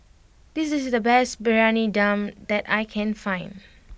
this is the best Briyani Dum that I can find